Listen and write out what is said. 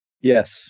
yes